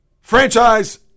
franchise